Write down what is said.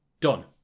done